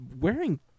wearing